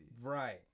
Right